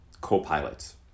co-pilots